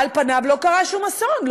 על פניו לא קרה שום אסון.